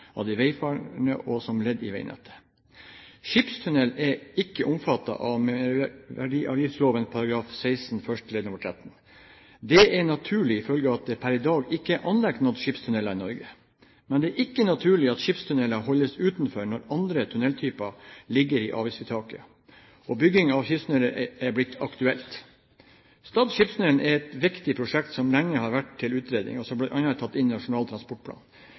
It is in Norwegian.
av hensyn til viderebefordring av de vegfarende og inngår som ledd i vegnettet.» Skipstunneler er ikke omfattet av merverdiavgiftsloven § 16 første ledd nr. 13. Det er en naturlig følge av at det per i dag ikke er anlagt noen skipstunneler i Norge, men det er ikke naturlig at skipstunneler holdes utenfor når andre tunneltyper ligger i avgiftsfritaket og bygging av skipstunneler er blitt aktuelt. Stad skipstunnel er et viktig prosjekt som lenge har vært til utredning, og som bl.a. er tatt inn i Nasjonal